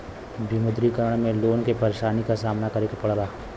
विमुद्रीकरण में लोग के परेशानी क सामना करे के पड़ल